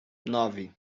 nove